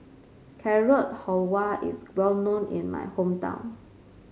Carrot Halwa is well known in my hometown